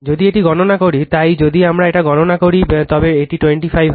যদি এটি গণনা করি তাই যদি আমরা এটি গণনা করি তবে এটি 25 হবে